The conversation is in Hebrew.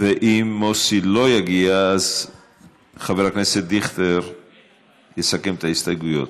ואם מוסי לא יגיע אז חבר הכנסת דיכטר יסכם את ההסתייגויות.